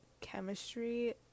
chemistry